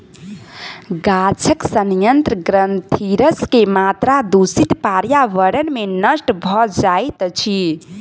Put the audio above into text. गाछक सयंत्र ग्रंथिरस के मात्रा दूषित पर्यावरण में नष्ट भ जाइत अछि